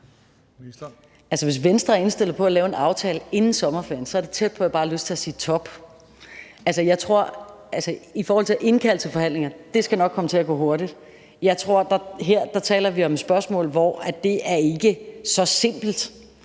hvis Venstre er indstillet på at lave en aftale inden sommerferien, er det tæt på, at jeg bare har lyst til at sige: Top. Altså, i forhold til at indkalde til forhandlinger vil jeg sige, at det nok skal komme til at gå hurtigt. Jeg tror, at vi her taler om noget, som ikke er så simpelt.